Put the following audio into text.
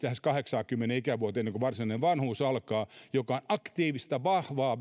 lähes kahdeksaankymmeneen ikävuoteen jolloin varsinainen vanhuus alkaa he ovat aktiivista vahvaa